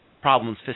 problems